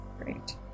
Great